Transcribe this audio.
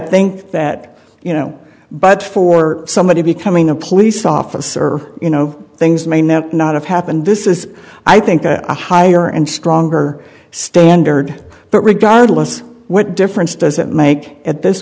think that you know but for somebody becoming a police officer you know things may now not have happened this is i think i hire and stronger standard but regardless what difference does it make at this